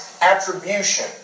attribution